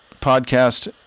podcast